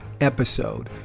episode